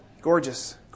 Gorgeous